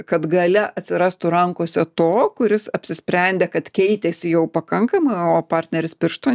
kad gale atsirastų rankose to kuris apsisprendė kad keitėsi jau pakankamai o partneris piršto